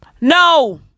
no